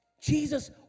Jesus